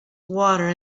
water